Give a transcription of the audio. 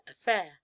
affair